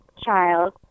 child